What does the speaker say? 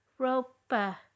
ropa